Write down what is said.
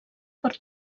per